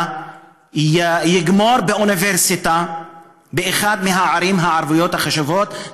ויגמור באוניברסיטה באחת מהערים הערביות החשובות,